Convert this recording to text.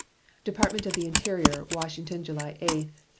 department of the interior, washington july eight,